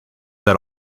that